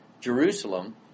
Jerusalem